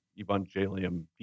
Evangelium